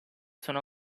sono